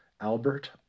Albert